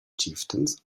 chieftains